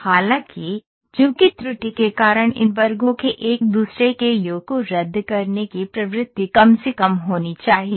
हालाँकि चूंकि त्रुटि के कारण इन वर्गों के एक दूसरे के योग को रद्द करने की प्रवृत्ति कम से कम होनी चाहिए